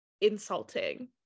insulting